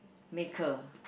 maker